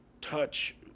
touch